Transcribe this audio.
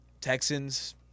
Texans